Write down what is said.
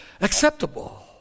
acceptable